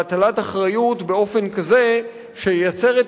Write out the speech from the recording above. והטלת אחריות באופן כזה שייצר את